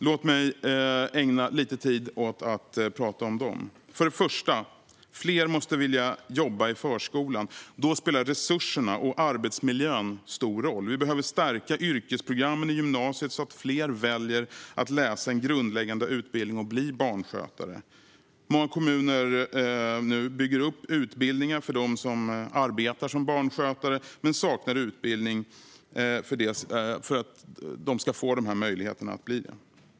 Låt mig ägna lite tid åt att prata om dem. För det första måste fler vilja jobba i förskolan. Då spelar resurserna och arbetsmiljön stor roll. Vi behöver stärka yrkesprogrammen i gymnasiet så att fler väljer att läsa en grundläggande utbildning för att bli barnskötare. Många kommuner bygger upp utbildningar för att de som arbetar som barnskötare men saknar utbildning ska få den möjligheten.